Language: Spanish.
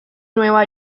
nueva